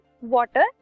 water